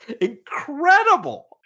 Incredible